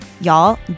Y'all